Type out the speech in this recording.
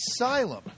Asylum